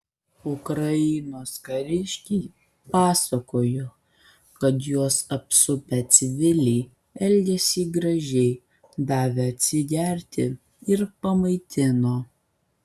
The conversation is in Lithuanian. ukrainos kariškiai pasakojo kad juos apsupę civiliai elgėsi gražiai davė atsigerti ir pamaitino